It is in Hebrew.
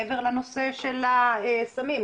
מעבר לנושא של הסמים.